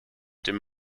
dem